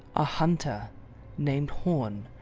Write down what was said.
a hunter named horne,